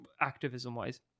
activism-wise